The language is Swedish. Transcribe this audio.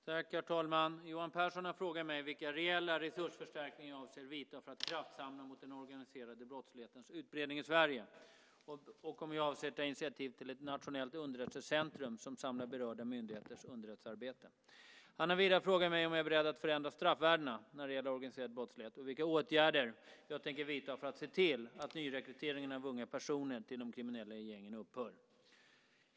Herr talman! Johan Pehrson har frågat mig vilka reella resursförstärkningar jag avser att vidta för att kraftsamla mot den organiserade brottslighetens utbredning i Sverige och om jag avser att ta initiativ till ett nationellt underrättelsecentrum som samlar berörda myndigheters underrättelsearbete. Han har vidare frågat mig om jag är beredd att förändra straffvärdena när det gäller organiserad brottslighet och vilka åtgärder jag tänker vidta för att se till att nyrekryteringen av unga personer till de kriminella gängen upphör.